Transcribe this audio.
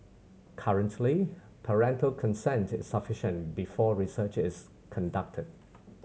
currently parental consent is sufficient before research is conducted